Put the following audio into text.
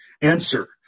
Answer